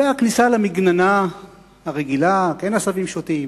והכניסה למגננה הרגילה: כן עשבים שוטים,